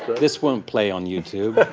this won't play on youtube.